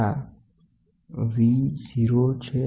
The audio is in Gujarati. આ V 0 છે